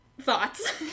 thoughts